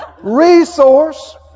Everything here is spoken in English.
resource